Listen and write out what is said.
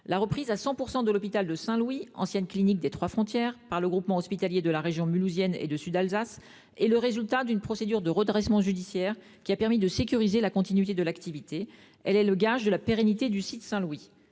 La reprise à 100 % de l'hôpital de Saint-Louis- ancienne clinique des Trois-Frontières -par le groupe hospitalier de la région de Mulhouse et Sud-Alsace (GHRMSA) est le résultat d'une procédure de redressement judiciaire qui a permis de garantir la continuité de l'activité. Elle est le gage de la durabilité du site.